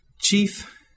Chief